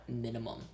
minimum